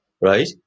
Right